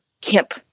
camp